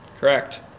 Correct